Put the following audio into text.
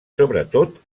sobretot